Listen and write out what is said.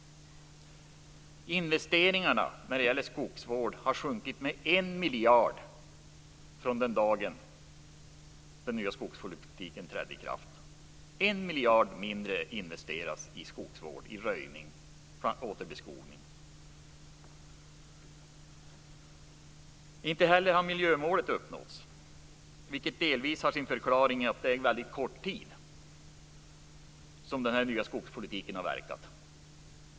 Investeringarna i skogsvård har sjunkit med en miljard sedan den dag när den nya skogspolitiken trädde i kraft. En miljard mindre investeras alltså i skogsvård i form av röjning och återbeskogning. Inte heller har miljömålet uppnåtts, vilket delvis har sin förklaring i att den nya skogspolitiken har verkat under en väldigt kort tid.